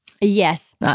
Yes